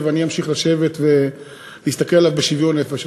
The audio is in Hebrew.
ואני ממשיך לשבת ולהסתכל עליו בשוויון נפש.